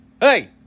Hey